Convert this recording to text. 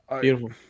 beautiful